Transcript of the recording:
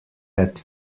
had